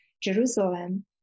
Jerusalem